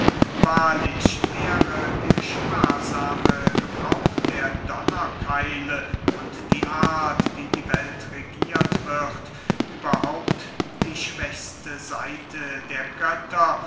wahrlich wäre der sparsame gebrauch der donnerkeile und die art wie die welt regiert wird überhaupt die schwächste seite der götter